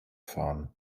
fahren